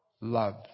Love